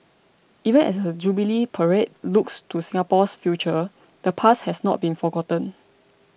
even as the Jubilee parade looks to Singapore's future the past has not been forgotten